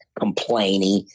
complainy